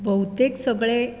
भौतेक सगळे